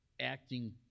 acting